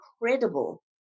incredible